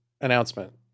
announcement